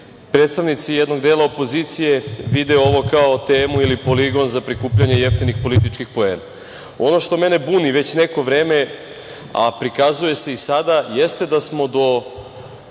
predstavnici jednog dela opozicije vide ovo kao temu ili poligon za prikupljanje jeftinih političkih poena. Ono što mene buni već neko vreme, a prikazuje se i sada, jeste da smo do